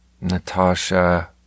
Natasha